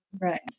Right